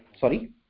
Sorry